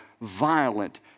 violent